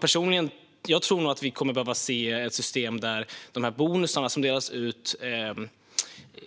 Personligen tror jag nog att vi behöver ett system där bonusarna